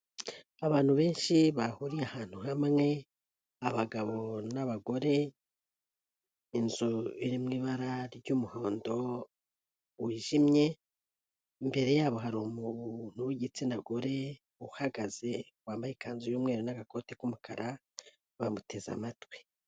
Abantu benshi bahuriye ahantu hamwe, abagabo n'abagore, inzu iri mu ibara ry'umuhondo wijimye, imbere yabo hari umuntu w'igitsina gore uhagaze wambaye ikanzu y'umweru n'agakoti k'umukara, bamuteze amatwi.